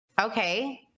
okay